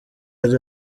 ari